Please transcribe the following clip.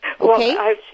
Okay